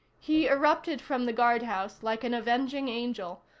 he erupted from the guardhouse like an avenging angel,